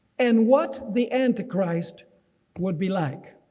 and what the antichrist would be like.